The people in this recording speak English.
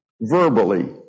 verbally